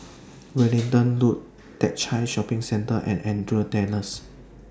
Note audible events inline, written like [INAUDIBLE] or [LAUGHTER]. [NOISE] Wellington Road Teck Whye Shopping Centre and Andrews Terrace